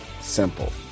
simple